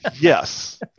Yes